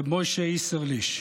רב משה איסרליש: